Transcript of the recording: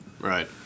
Right